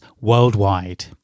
worldwide